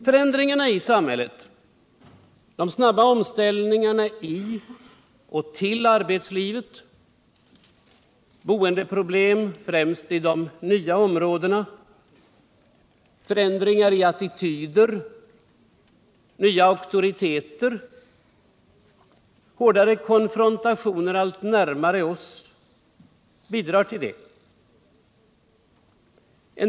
Förändringarna i samhället, de snabba omställningarna t och till arbetslivet, boendeproblemen. främst i de nya områdena. förändringarna i attitvder. nya auktoriteter, hårdare konfrontationer allt närmare oss — allt detta bidrar till det.